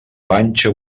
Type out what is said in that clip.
panxa